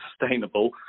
sustainable